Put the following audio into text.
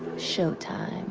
showtime.